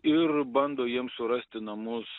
ir bando jiem surasti namus